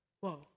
whoa